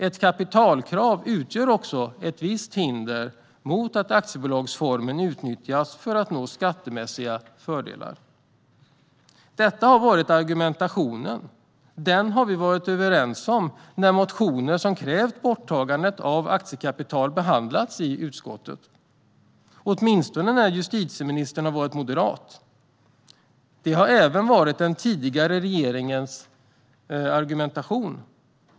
Ett kapitalkrav utgör också ett visst hinder för att aktiebolagsformen utnyttjas för att nå skattemässiga fördelar. Detta har varit argumentationen. Den har vi varit överens om när motioner som krävt ett borttagande av aktiekapital behandlats i utskottet - åtminstone när justitieministern var moderat. Det var även den tidigare regeringens argumentation.